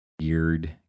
weird